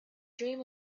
dream